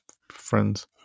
Friends